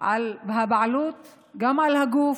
ועל הבעלות גם על הגוף,